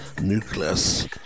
Nucleus